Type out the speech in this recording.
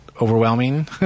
overwhelming